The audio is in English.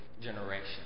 generation